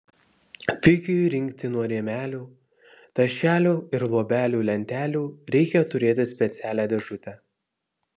pikiui rinkti nuo rėmelių tašelių ir luobelių lentelių reikia turėti specialią dėžutę